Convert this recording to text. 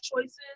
choices